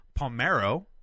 Palmero